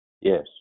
Yes